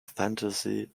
fantasy